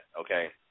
okay